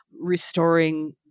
restoring